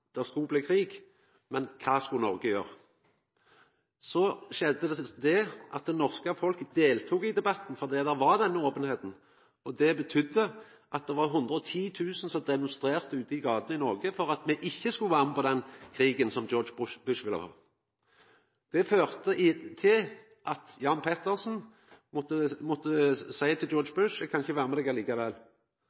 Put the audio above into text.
det norske folk deltok i debatten fordi det var openheit. Det betydde at det var 110 000 som demonstrerte ute i gatene i Noreg for at me ikkje skulle vera med på den krigen som George Bush ville ha. Det førte til at Jan Petersen måtte seia til George Bush: Eg kan ikkje vera med deg likevel.